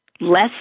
Less